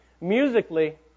musically